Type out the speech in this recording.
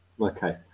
Okay